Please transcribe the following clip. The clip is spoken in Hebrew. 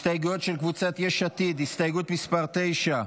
הסתייגויות של קבוצת יש עתיד, הסתייגות מס' 9,